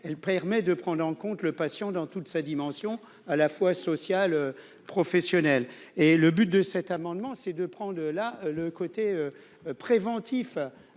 elle permet de prendre en compte : le patient dans toute sa dimension à la fois social professionnel et le but de cet amendement, c'est de prendre la le côté préventif